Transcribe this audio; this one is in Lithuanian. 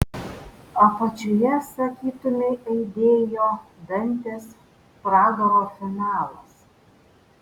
apačioje sakytumei aidėjo dantės pragaro finalas